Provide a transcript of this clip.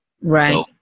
right